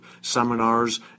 seminars